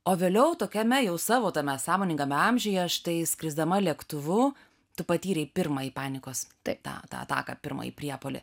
o vėliau tokiame jau savo tame sąmoningame amžiuje štai skrisdama lėktuvu tu patyrei pirmąjį panikos tą ataką pirmąjį priepuolį